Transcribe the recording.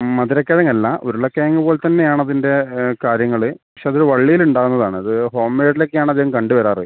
മധുരക്കെഴങ്ങല്ല ഉരുളക്കിഴങ്ങ് പോലെ തന്നെയാണ് അതിന്റെ കാര്യങ്ങൾ പക്ഷേ അത് വള്ളീലുണ്ടാകുന്നതാണ് അത് ഹോം മേയ്ടിലൊക്കെയാണ് അധികം കണ്ട് വരാറ്